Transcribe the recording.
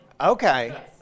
Okay